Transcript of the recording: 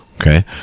okay